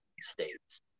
states